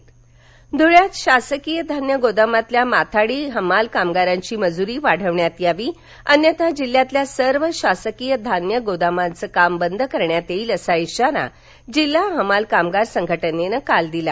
मजरी धळे धुळ्यात शासकीय धान्य गोदामातील माथाडी हमाल कामगारांची मजुरी वाढविण्यात यावी अन्यथा जिल्ह्यातील सर्व शासकीय धान्य गोदामाचं काम बंद करण्यात येईल असा इशारा जिल्हा हमाल कामगार संघटनेनं काल दिला